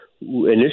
initially